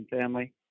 family